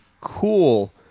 cool